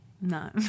No